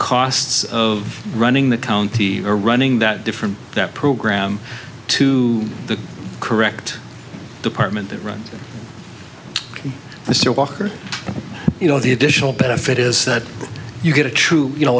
costs of running the county or running that different that program to the correct department that runs mr walker you know the additional benefit is that you get a true you know